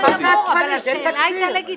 מה זה --- אבל השאלה הייתה לגיטימית.